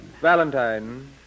Valentine